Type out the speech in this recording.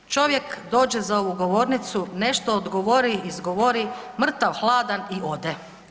Čovjek dođe za ovu govornicu, nešto odgovori, izgovori mrtav hladan i ode.